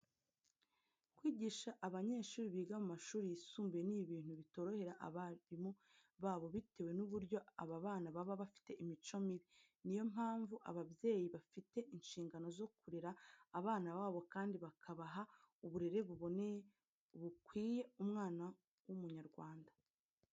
Kwigisha abanyeshuri biga mu mashuri yisumbuye ni ibintu bitorohera abarimu babo bitewe n'uburyo aba bana baba bafite imico mibi. Ni yo mpamvu ababyeyi bafite inshingano zo kurera abana babo kandi bakabaha uburere buboneye bukwiye umwana w'Umunyarwanda.